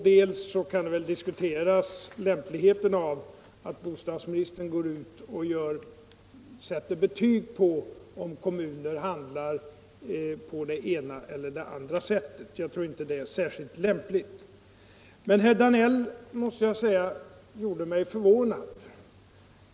Man kan väl också diskutera lämpligheten av att bostadsministern går ut och sätter betyg på hur kommuner handlar i det ena eller andra fallet. Jag tror inte det är särskilt lämpligt. Men jag måste säga att herr Danell gjorde mig förvånad.